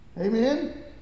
Amen